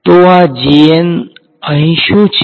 તો તો આ અહીં શું છે